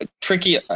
Tricky